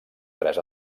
tres